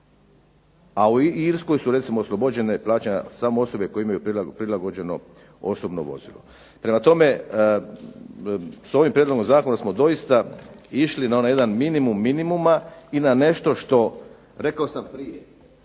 a u Irskoj su recimo oslobođene plaćanja samo osobe koje imaju prilagođeno osobno vozilo. Prema tome s ovim prijedlogom zakona smo išli na onaj jedan minimum minimuma i na nešto što rekao sam prije